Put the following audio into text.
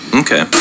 okay